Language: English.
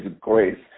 grace